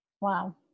Wow